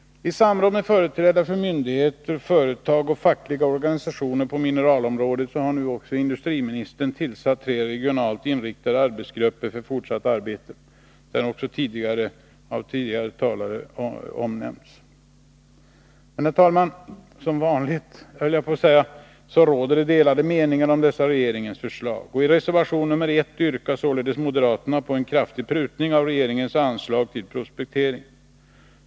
I samråd med företrädare för myndigheter, företag och fackliga organisationer på mineralområdet har industriministern tillsatt tre regionalt inriktade arbetsgrupper för fortsatt arbete. Detta har också omnämnts av tidigare talare. Herr talman! Som vanligt, höll jag på att säga, råder det delade meningar om dessa regeringens förslag. I reservation nr 1 yrkar således moderaterna på en kraftig prutning av regeringens anslag till prospektering.